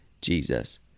Jesus